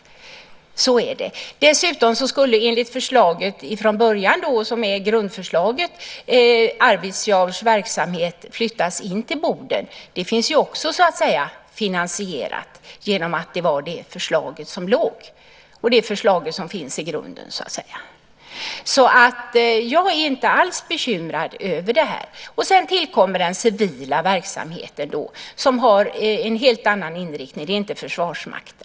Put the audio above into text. Dessutom skulle enligt förslaget från början, grundförslaget, Arvidsjaurs verksamhet flyttas in till Boden. Det finns också finansierat genom att det var det förslaget som låg i grunden. Jag är inte alls bekymrad över detta. Sedan tillkommer den civila verksamheten, som har en helt annan inriktning. Det är inte Försvarsmakten.